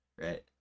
right